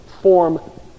form